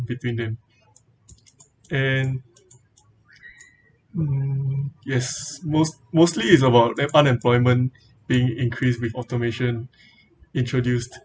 between them and um yes most mostly it's about an~ unemployment being increase with automation introduced